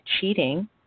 cheating